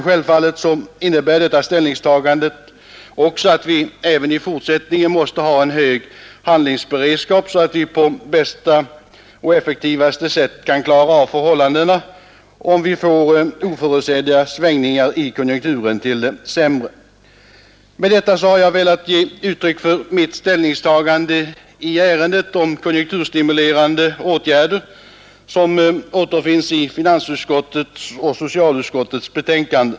Självfallet innebär ett sådant ställningstagande att vi även i fortsättningen måste ha en hög handlingsberedskap så att vi på bästa och effektivaste sätt kan klara förhållandena om vi får oförutsedda svängningar i konjunkturen till det sämre. Med det anförda har jag velat ge uttryck för mitt ställningstagande i frågan om konjunkturstimulerande åtgärder som behandlas i finansutskottets och socialutskottets betänkanden.